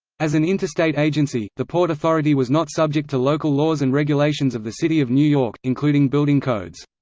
as an interstate agency, the port authority was not subject to local laws and regulations of the city of new york, including building codes.